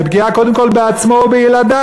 זאת פגיעה קודם כול בעצמו ובילדיו.